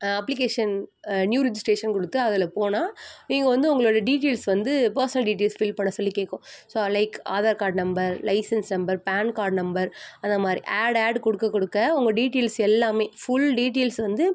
application new registration கொடுத்து அதில் போனால் நீங்கள் வந்து உங்களோடய டீட்டெய்ல்ஸ் வந்து பர்சனல் டீட்டெய்ல்ஸ் ஃபில் பண்ண சொல்லி கேட்கும் so like Aadhaar card number licence number PAN card number அது மாதிரி ஆட் ஆட் கொடுக்கக் கொடுக்க உங்கள் டீட்டெய்ல்ஸ் எல்லாமே ஃபுல் டீட்டெய்ல்ஸ் வந்து